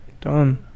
Done